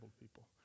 people